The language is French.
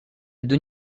deux